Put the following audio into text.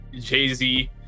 Jay-Z